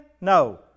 no